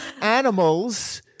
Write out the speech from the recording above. Animals